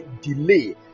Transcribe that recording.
delay